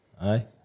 Aye